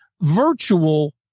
Virtual